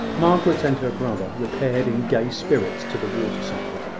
margaret and her brother repaired in gay spirits to the water-side.